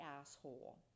Asshole